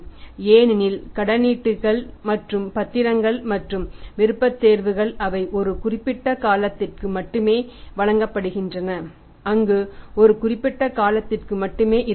ஏனெனில் கடனீடுகள் மற்றும் பத்திரங்கள் மற்றும் விருப்பத்தேர்வுகள் அவை ஒரு குறிப்பிட்ட காலத்திற்கு மட்டுமே வழங்கப்படுகின்றன அங்கு ஒரு குறிப்பிட்ட காலத்திற்கு மட்டுமே இருக்க வேண்டும்